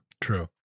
True